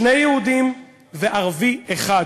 שני יהודים וערבי אחד,